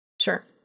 sure